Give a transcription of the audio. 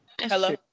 Hello